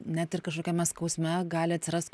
net ir kažkokiame skausme gali atsirast